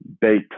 beta